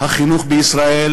החינוך בישראל,